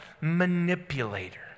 manipulator